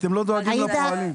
אתם לא דואגים לפועלים.